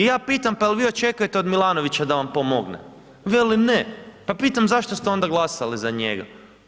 I ja pitam pa je li vi očekujete od Milanovića da vam pomogne, veli ne, pa pitam zašto ste onda glasali za njega.